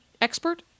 expert